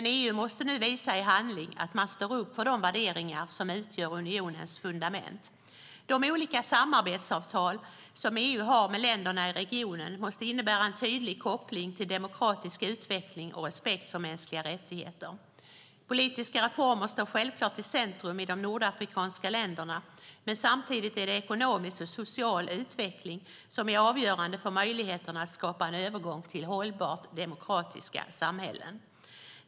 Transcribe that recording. EU måste nu visa i handling att man står upp för de värderingar som utgör unionens fundament. De olika samarbetsavtal som EU har med länderna i regionen måste innebära en tydlig koppling till demokratisk utveckling och respekt för mänskliga rättigheter. Politiska reformer står självklart i centrum i de nordafrikanska länderna, men samtidigt är ekonomisk och social utveckling avgörande för möjligheten att skapa en övergång till hållbara demokratiska samhällen.